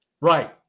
Right